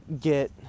get